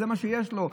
זה מה שיש לו,